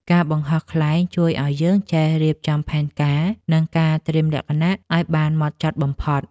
ការបង្ហោះខ្លែងជួយឱ្យយើងចេះរៀបចំផែនការ និងការត្រៀមលក្ខណៈឱ្យបានហ្មត់ចត់បំផុត។